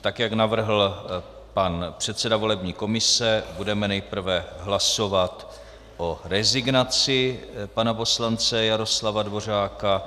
Jak navrhl pan předseda volební komise, budeme nejprve hlasovat o rezignaci pana poslance Jaroslava Dvořáka.